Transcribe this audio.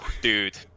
Dude